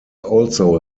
also